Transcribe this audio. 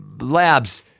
Labs